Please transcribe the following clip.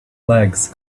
legs